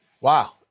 Wow